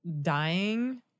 dying